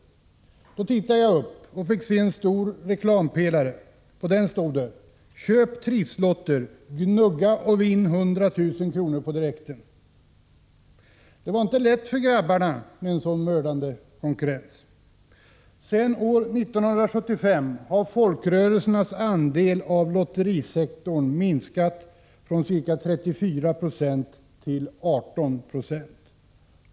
Då tittade jag upp och fick se en stor reklampelare. På den stod: Köp trisslotter, gnugga och vinn 100 000 kr. på direkten. Det var inte lätt för grabbarna med en sådan mördande konkurrens. Sedan år 1975 har folkrörelsernas andel av lotterisektorn minskat från ca 34 9 till 18 20.